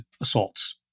assaults